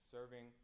Serving